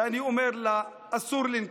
ואני אומר לה: אסור לנקום,